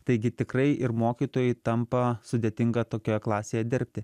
taigi tikrai ir mokytojui tampa sudėtinga tokioje klasėje dirbti